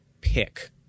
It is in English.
pick